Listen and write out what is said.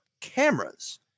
cameras